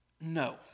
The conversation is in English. No